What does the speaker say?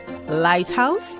lighthouse